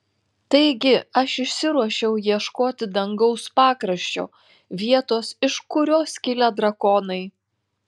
taigi aš išsiruošiau ieškoti dangaus pakraščio vietos iš kurios kilę drakonai